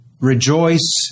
Rejoice